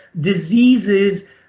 diseases